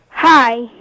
Hi